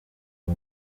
uwo